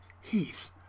Heath